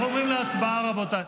אנחנו עוברים להצבעה, רבותיי.